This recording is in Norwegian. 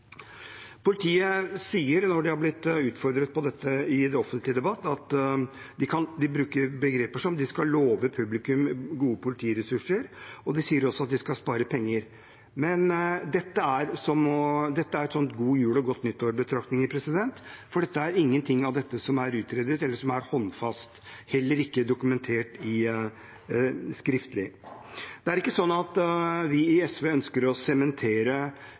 Når politiet er blitt utfordret på dette i den offentlige debatt, bruker de begreper som at de skal love publikum gode politiressurser, og de sier også at de skal spare penger. Men dette er hva man kan kalle god-jul-og-godt-nyttår-betraktninger, for det er ingenting av dette som er utredet eller håndfast, og det er heller ikke dokumentert skriftlig. Det er ikke sånn at vi i SV ønsker å sementere